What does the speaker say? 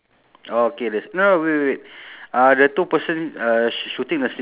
and then the lady is is she throwing a ball